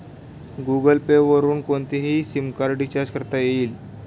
Google Pay वरुन कोणतेही SIM card recharge करता येईल